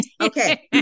okay